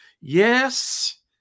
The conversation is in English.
Yes